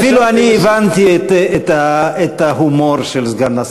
אפילו אני הבנתי את ההומור של סגן השר.